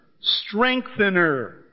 Strengthener